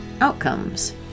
Outcomes